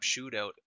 shootout